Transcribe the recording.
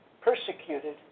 persecuted